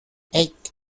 eight